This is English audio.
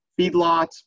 feedlots